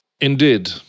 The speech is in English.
Indeed